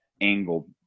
angle